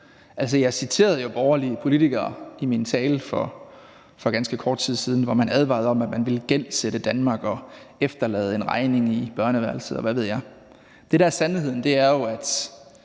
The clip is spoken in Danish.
Jeg citerede jo borgerlige politikere i min tale for ganske kort tid siden for, at de advarede om, at vi ville gældsætte Danmark og efterlade en regning i børneværelset, og hvad ved jeg. Det, der er sandheden, at jo, at